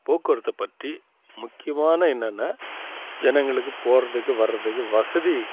போக்குவரத்தை பற்றி முக்கியமான என்னென்ன ஜனங்களுக்கு போகறதுக்கு வர்றதுக்கு வசதி